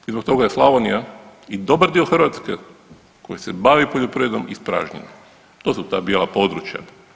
I zbog toga je Slavonija i dobar dio Hrvatske koji se bavi poljoprivredom ispražnjen, to su ta bijela područja.